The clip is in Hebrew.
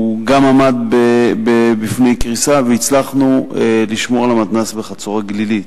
גם הוא עמד בפני קריסה והצלחנו לשמור על המתנ"ס בחצור-הגלילית.